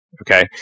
Okay